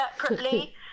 separately